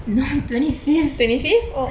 twenty fifth